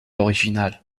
originale